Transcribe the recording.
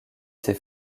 ses